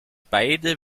beide